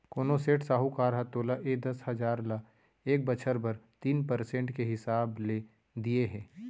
कोनों सेठ, साहूकार ह तोला ए दस हजार ल एक बछर बर तीन परसेंट के हिसाब ले दिये हे?